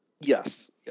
Yes